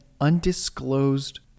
undisclosed